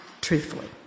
truthfully